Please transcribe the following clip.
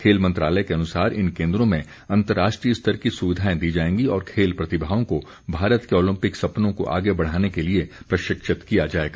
खेल मंत्रालय के अनुसार इन केन्द्रों में अंतर्राष्ट्रीय स्तर की सुविधाएं दी जाएंगी और खेल प्रतिभाओं को भारत के ओलंपिक सपनों को आगे बढ़ाने के लिए प्रशिक्षित किया जाएगा